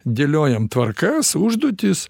dėliojam tvarkas užduotis